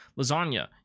lasagna